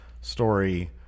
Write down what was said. story